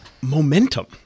Momentum